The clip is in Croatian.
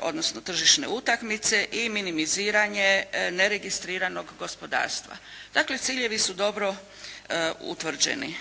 odnosno tržišne utakmice i minimiziranje neregistriranog gospodarstva. Dakle, ciljevi su dobro utvrđeni.